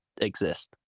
exist